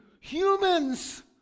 humans